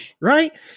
Right